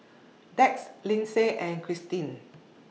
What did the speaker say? Dax Lyndsay and Christeen